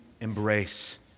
embrace